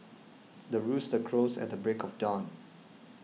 the rooster crows at the break of dawn